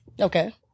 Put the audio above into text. Okay